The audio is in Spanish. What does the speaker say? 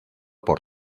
por